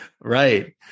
Right